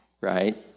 right